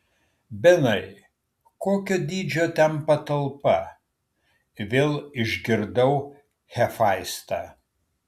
benai kokio dydžio ten patalpa vėl išgirdau hefaistą